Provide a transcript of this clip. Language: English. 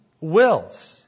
wills